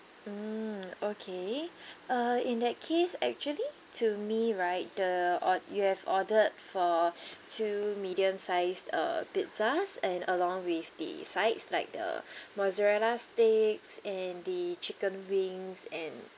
mm okay uh in that case actually to me right the ord~ you have ordered for two medium sized uh pizzas and along with the sides like the mozzarella sticks and the chicken wings and